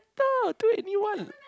to anyone